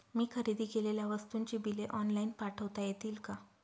मी खरेदी केलेल्या वस्तूंची बिले ऑनलाइन पाठवता येतील का?